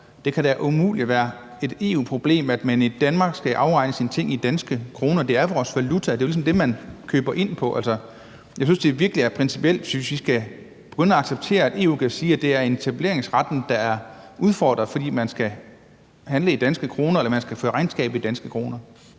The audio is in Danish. Det kan da umuligt være et EU-problem, at man i Danmark skal afregne sine ting i danske kroner. Det er vores valuta, og det er ligesom det, man køber ind på. Altså, jeg synes virkelig, det er principielt, hvis vi skal begynde at acceptere, at EU kan sige, at det er etableringsretten, der er udfordret, fordi man skal handle i danske kroner eller man skal føre regnskab i danske kroner.